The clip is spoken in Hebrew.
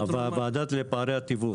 הוועדה לפערי התיווך,